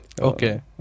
Okay